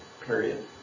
period